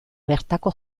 bertako